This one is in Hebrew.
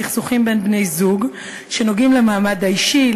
סכסוכים בין בני-זוג שנוגעים למעמד האישי,